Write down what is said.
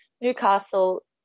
Newcastle